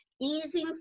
easing